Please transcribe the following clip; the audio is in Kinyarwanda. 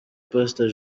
pastor